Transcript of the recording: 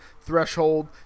threshold